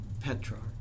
Petrarch